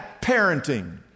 parenting